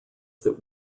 that